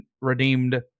redeemed